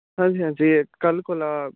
हां जी हां जी कल कोला